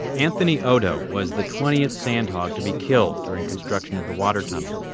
anthony odo was the twentieth sandhog to be killed during construction of the water tunnel.